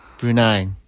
Brunei